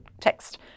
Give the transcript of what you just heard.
text